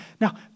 now